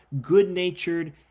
good-natured